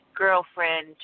girlfriend